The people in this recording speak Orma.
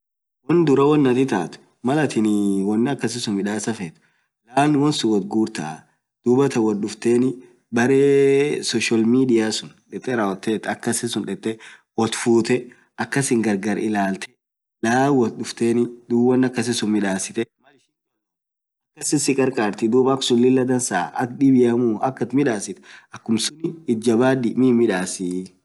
woan duraa taat itaa, malaatin woan akasii suun midasaa feet dursaa woat gurtee, woat dufteenii baresosial media sun, detee rawotee woat futee gargar ilaltee, laan woat dufteenii duub woan akasisuun midasitee duub aks sikarkarti duub ksun sikarkartii itjabadii midasii.